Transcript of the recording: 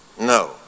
no